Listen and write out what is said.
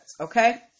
okay